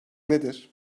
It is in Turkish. nedir